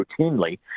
routinely